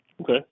Okay